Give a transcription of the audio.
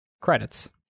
Credits